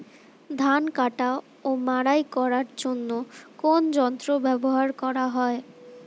ধান কাটা ও মাড়াই করার জন্য কোন যন্ত্র ব্যবহার করা হয়?